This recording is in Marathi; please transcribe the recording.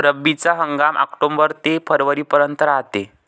रब्बीचा हंगाम आक्टोबर ते फरवरीपर्यंत रायते